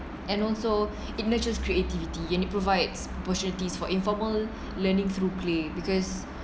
and also it nurtures creativity and it provides opportunities for informal learning through play because